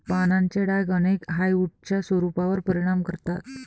पानांचे डाग अनेक हार्डवुड्सच्या स्वरूपावर परिणाम करतात